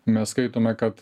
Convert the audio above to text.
mes skaitome kad